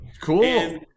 cool